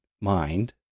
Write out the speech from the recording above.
mind